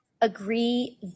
agree